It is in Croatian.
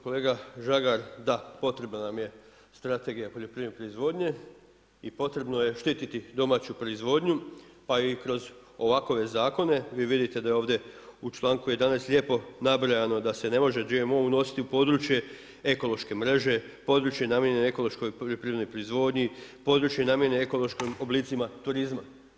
Kolega Žagar, da, potrebno nam je strategija poljoprivredne proizvodnje i potrebno je štititi domaću proizvodnju pa i kroz ovakve zakone, vi vidite da je ovdje u članku 11. lijepo nabrojano da se ne može GMO unositi u područje ekološke mreže, područje namijenjeno ekološkoj poljoprivrednoj proizvodnji, područje namijenjeno ekološkim oblicima turizma.